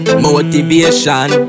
motivation